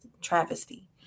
travesty